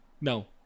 No